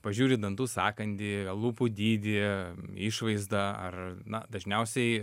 pažiūri dantų sąkandį lūpų dydį išvaizdą ar na dažniausiai